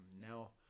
Now